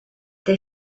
they